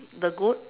the goat